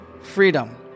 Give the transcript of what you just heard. freedom